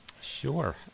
Sure